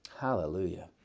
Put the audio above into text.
hallelujah